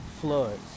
floods